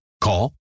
call